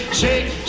shake